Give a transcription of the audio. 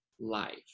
life